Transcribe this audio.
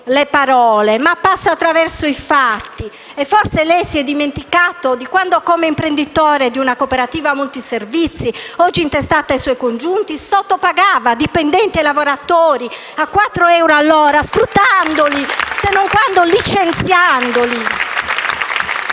le parole, ma attraverso i fatti: forse lei si è dimenticato di quando, come imprenditore di una cooperativa multiservizi oggi intestata ai suoi congiunti, sottopagava dipendenti e lavoratori a quattro euro all'ora, sfruttandoli o licenziandoli